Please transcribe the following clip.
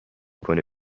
کنه